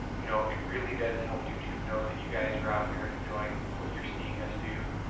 you know, it really does help youtube know that you guys were out here and enjoying what you're seeing us do.